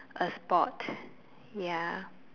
a sport ya